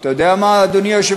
כי חס וחלילה אתה יודע מה,